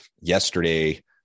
yesterday